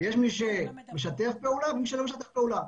יש מי שמשתף פעולה ויש מי שלא משתף פעולה.